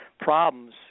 problems